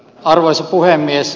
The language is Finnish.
arvoisa puhemies